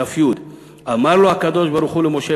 דף י': "אמר לו הקדוש-ברוך-הוא למשה: